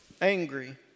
angry